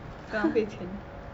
不要浪费钱